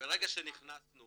ברגע שנכנסנו